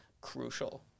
crucial